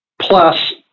plus